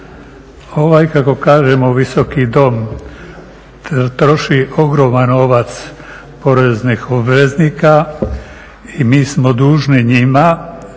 Ovaj kako kažemo Visoki dom troši ogroman novac poreznih obveznika i mi smo dužni njima